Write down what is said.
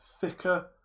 thicker